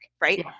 right